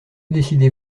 décidez